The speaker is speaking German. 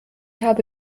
habe